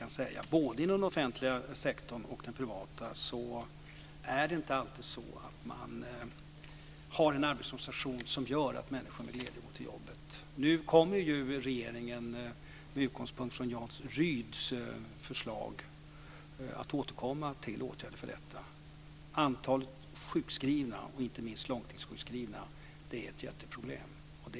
Det gäller både inom den offentliga sektorn och den privata. Regeringen ska återkomma till åtgärder för det, med utgångspunkt från Jan Rydhs förslag. Antalet sjukskrivna, inte minst de långtidssjukskrivna, är ett jätteproblem.